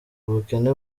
ubukene